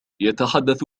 يتحدث